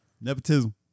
Nepotism